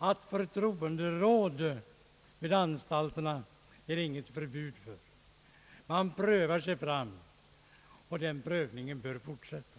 något förbud mot förtroenderåd vid anstalterna. Man prövar sig fram, och den prövningen bör fortsätta.